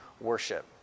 worship